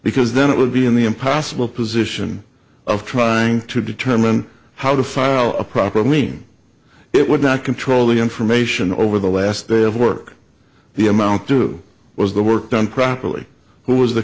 because then it would be in the impossible position of trying to determine how to file a proper mean it would not control the information over the last day of work the amount due was the work done properly who was the